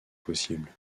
possibles